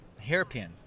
hairpin